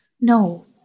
No